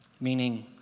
Meaning